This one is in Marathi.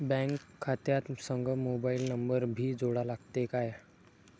बँक खात्या संग मोबाईल नंबर भी जोडा लागते काय?